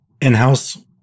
In-house